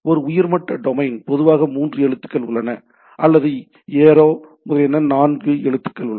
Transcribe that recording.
ஒரு உயர் மட்ட டொமைன் பொதுவாக மூன்று எழுத்துக்கள் உள்ளன அல்லது ஏரோ முதலியன நான்கு எழுத்துக்கள் உள்ளன